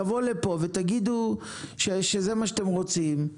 תבואו לפה ותגידו שזה מה שאתם רוצים.